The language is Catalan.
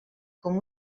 com